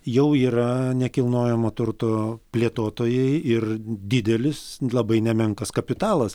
jau yra nekilnojamo turto plėtotojai ir didelis labai nemenkas kapitalas